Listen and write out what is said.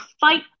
fight